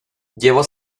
llevo